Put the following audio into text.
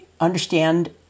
understand